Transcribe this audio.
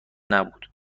نبود